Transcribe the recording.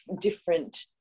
different